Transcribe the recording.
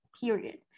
period